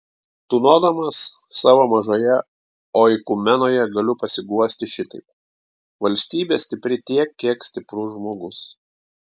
tūnodamas savo mažoje oikumenoje galiu pasiguosti šitaip valstybė stipri tiek kiek stiprus žmogus